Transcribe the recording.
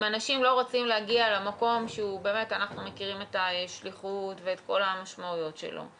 אנחנו מכירים את השליחות ואת כל המשמעויות שלו.